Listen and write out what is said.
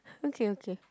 okay okay